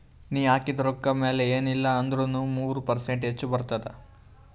ನೀ ಹಾಕಿದು ರೊಕ್ಕಾ ಮ್ಯಾಲ ಎನ್ ಇಲ್ಲಾ ಅಂದುರ್ನು ಮೂರು ಪರ್ಸೆಂಟ್ರೆ ಹೆಚ್ ಬರ್ತುದ